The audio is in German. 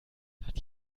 hat